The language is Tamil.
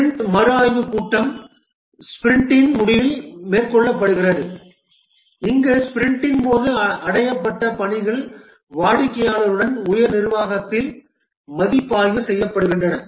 ஸ்பிரிண்ட் மறுஆய்வுக் கூட்டம் ஸ்பிரிண்டின் முடிவில் மேற்கொள்ளப்படுகிறது இங்கு ஸ்பிரிண்டின் போது அடையப்பட்ட பணிகள் வாடிக்கையாளருடன் உயர் நிர்வாகத்தில் மதிப்பாய்வு செய்யப்படுகின்றன